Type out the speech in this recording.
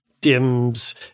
dims